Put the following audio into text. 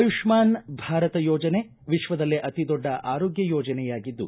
ಆಯುಷ್ಲಾನ್ ಭಾರತ ಯೋಜನೆ ವಿಶ್ವದಲ್ಲೇ ಅತಿದೊಡ್ಡ ಆರೋಗ್ಟ ಯೋಜನೆಯಾಗಿದ್ದು